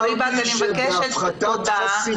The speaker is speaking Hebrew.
אמרתי שבהפחתת חשיפה,